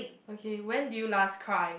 okay when did you last cry